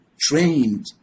trained